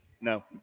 no